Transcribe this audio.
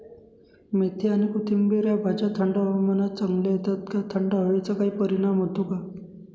मेथी आणि कोथिंबिर या भाज्या थंड हवामानात चांगल्या येतात का? थंड हवेचा काही परिणाम होतो का?